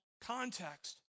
context